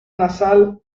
nasal